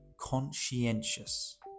conscientious